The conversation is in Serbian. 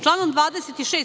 Članom 26.